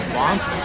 wants